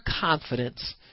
confidence